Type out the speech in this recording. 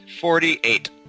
Forty-eight